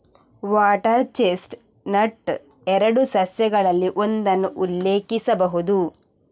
water chestnut ಎರಡು ಸಸ್ಯಗಳಲ್ಲಿ ಒಂದನ್ನು ಉಲ್ಲೇಖಿಸಬಹುದು